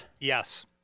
Yes